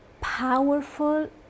powerful